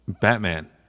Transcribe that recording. batman